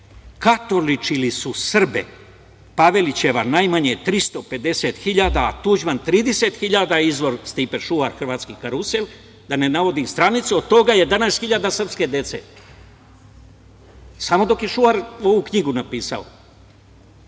katoličili su Srbe, Pavelićeva najmanje 350.000, a Tuđman 30.000. Izvor, Stipe Šuvar, Hrvatski karusel da ne navodim stranicu, od toga je danas hiljada srpske dece, samo dok je Šuvar ovu knjigu napisao